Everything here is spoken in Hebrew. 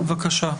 בבקשה.